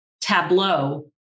tableau